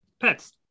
Pets